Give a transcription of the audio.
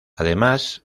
además